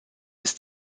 ist